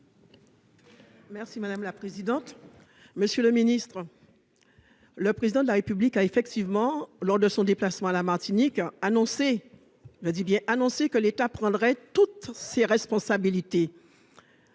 Merci madame la présidente, monsieur le ministre, le président de la République a effectivement lors de son déplacement à la Martinique, annoncé le dit bien annoncé que l'État prendrait toutes ses responsabilités.